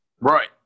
Right